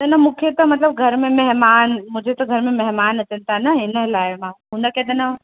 न न मूंखे त मतिलबु घर में महिमान मुंहिंजे त घर में महिमान अचनि पिया न हिन लाइ मां हुन खे ॾिन